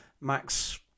Max